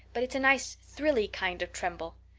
but it's a nice thrilly kind of tremble.